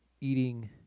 eating